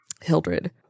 Hildred